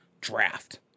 draft